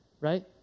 right